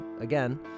again